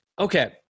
okay